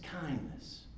kindness